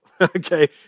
okay